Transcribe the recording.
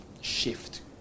shift